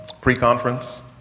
pre-conference